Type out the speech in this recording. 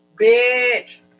Bitch